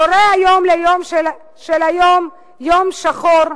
קורא היום ליום של היום יום שחור,